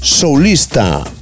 Soulista